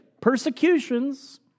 persecutions